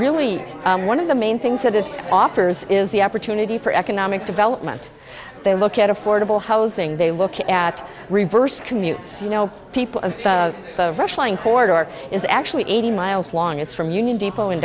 really one of the main things said it offers is the opportunity for economic development they look at affordable housing they look at reverse commutes you know people rushing forward are is actually eighty miles long it's from union depot in